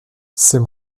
c’est